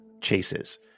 Chases